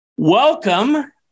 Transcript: Welcome